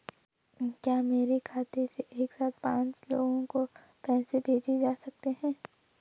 क्या मेरे खाते से एक साथ पांच लोगों को पैसे भेजे जा सकते हैं?